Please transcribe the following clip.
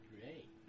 Great